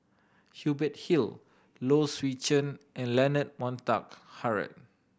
Hubert Hill Low Swee Chen and Leonard Montague Harrod